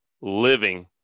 living